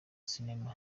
sinema